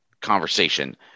conversation